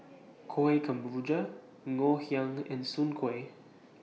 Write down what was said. Kueh Ngoh Hiang and Soon Kueh